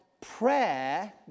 Prayer